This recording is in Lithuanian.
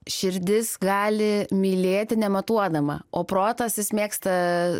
širdis gali mylėti nematuodama o protas jis mėgsta